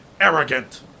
Arrogant